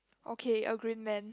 okay agree man